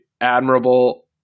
admirable